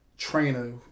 Trainer